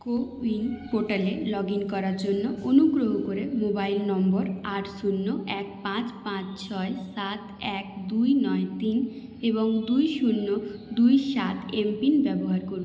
CoWIN পোর্টালে log in করার জন্য অনুগ্রহ করে মোবাইল নম্বর আট শূন্য এক পাঁচ পাঁচ ছয় সাত এক দুই নয় তিন এবং দুই শূন্য দুই সাত এমপিন ব্যবহার করুন